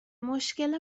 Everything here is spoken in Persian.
مشکل